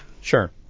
Sure